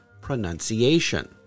pronunciation